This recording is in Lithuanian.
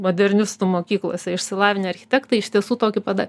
modernistų mokyklose išsilavinę architektai iš tiesų tokį pada